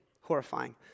horrifying